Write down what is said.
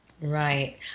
Right